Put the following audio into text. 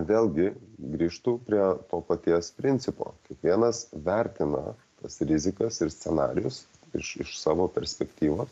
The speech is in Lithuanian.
vėlgi grįžtu prie to paties principo kiekvienas vertina tas rizikas ir scenarijus iš iš savo perspektyvos